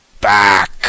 Back